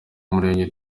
murenge